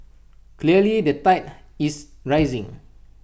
clearly the tide is rising